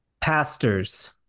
Pastors